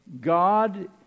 God